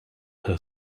her